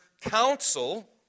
counsel